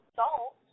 salt